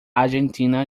argentina